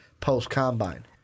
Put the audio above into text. post-Combine